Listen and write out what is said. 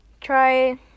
Try